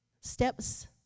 steps